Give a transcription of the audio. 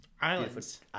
islands